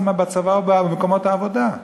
בצבא ובמקומות העבודה?